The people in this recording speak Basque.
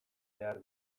behar